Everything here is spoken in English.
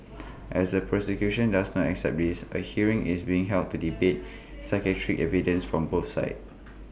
as the prosecution does not accept this A hearing is being held to debate psychiatric evidence from both sides